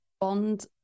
Bond